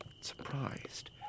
surprised